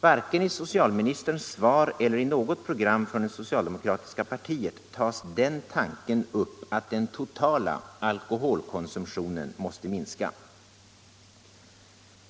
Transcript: Varken i socialministerns svar eller i något program från socialdemokratiska partiet tas den tanken upp, att den totala alkoholkonsumtionen måste minska.